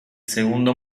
segundo